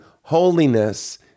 holiness